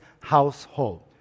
household